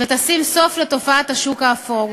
וההצעה תשים סוף לתופעת השוק האפור.